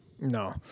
No